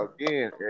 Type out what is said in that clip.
again